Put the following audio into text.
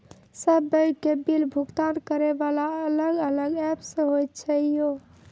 सब बैंक के बिल भुगतान करे वाला अलग अलग ऐप्स होय छै यो?